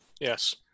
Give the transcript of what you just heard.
yes